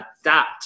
adapt